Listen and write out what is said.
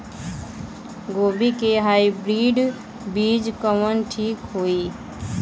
गोभी के हाईब्रिड बीज कवन ठीक होई?